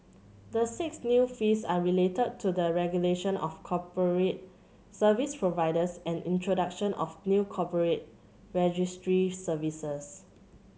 the six new fees are related to the regulation of corporate service providers and introduction of new corporate registry services